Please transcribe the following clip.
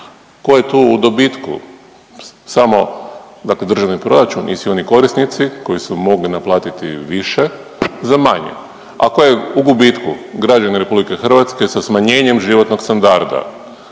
Tko je tu u dobitku samo dakle državni proračun i svi oni korisnici koji su mogli naplatiti više za manje. Ako je u gubitku građanin Republike Hrvatske sa smanjenjem životnog standarda,